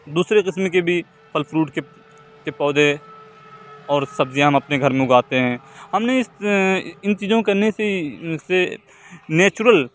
دوسرے قسم کے بھی پھل فروٹ کے کے پودے اور سبزیاں ہم اپنے گھر میں اگاتے ہیں ہم نے اس ان چیزوں کے کرنے سے سے نیچرل